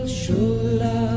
shula